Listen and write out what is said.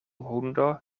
hundo